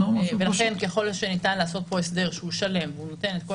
ולכן ככל שניתן לעשות פה הסדר שהוא שלם והוא נותן את כל